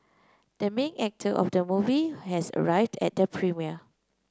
the main actor of the movie has arrived at the premiere